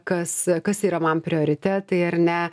kas kas yra man prioritetai ar ne